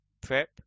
prep